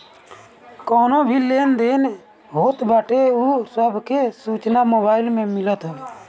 कवनो भी लेन देन होत बाटे उ सब के सूचना मोबाईल में मिलत हवे